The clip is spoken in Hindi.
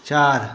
चार